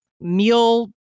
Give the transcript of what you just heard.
meal